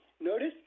Notice